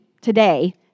today